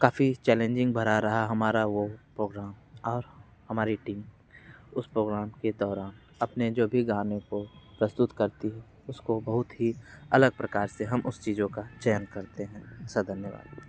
काफ़ी चैलेंजिंग भरा रहा हमारा वो प्रोग्राम और हमारी टीम उस प्रोग्राम के दौरान अपने जो भी गाने को प्रस्तुत करती उसको बहुत ही अलग प्रकार से हम उन चीज़ों का चयन करते हैं सर धन्यवाद